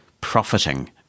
profiting